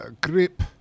grip